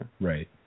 Right